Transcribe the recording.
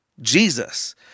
Jesus